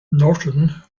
norton